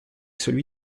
celui